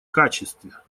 качестве